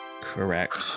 Correct